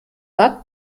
watt